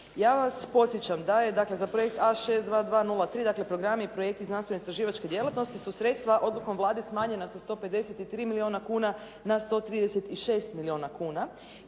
Ja vas podsjećam da je dakle za projekt A6 2203, dakle programi i projekti znanstveno-istraživačke djelatnosti su sredstva odlukom Vlade smanjena sa 153 milijuna kuna na 136 milijuna kuna